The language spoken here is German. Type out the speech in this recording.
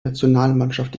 nationalmannschaft